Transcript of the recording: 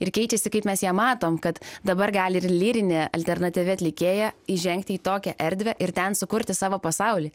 ir keičiasi kaip mes ją matom kad dabar gali ir lyrinė alternatyvi atlikėja įžengti į tokią erdvę ir ten sukurti savo pasaulį